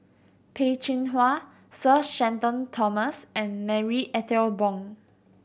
Peh Chin Hua Sir Shenton Thomas and Marie Ethel Bong